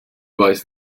weiß